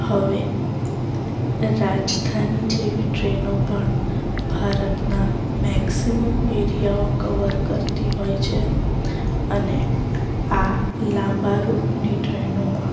હવે રાજધાની જેવી ટ્રેનો પણ ભારતના મેક્સિમમ એરિયાઓ કવર કરતી હોય છે અને આ લાંબા રૂટની ટ્રેનોમાં